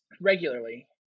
regularly